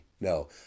No